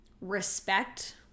respect